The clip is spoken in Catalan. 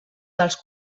dels